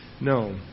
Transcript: No